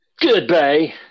Goodbye